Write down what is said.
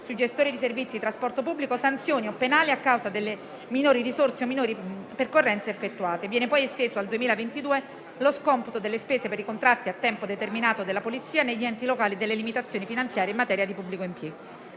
ai gestori dei servizi di trasporto pubblico sanzioni o penali a causa delle minori risorse o minori percorrenze effettuate. Viene poi esteso al 2022 lo scomputo delle spese per i contratti a tempo determinato della Polizia negli enti locali delle limitazioni finanziarie in materia di pubblico impiego.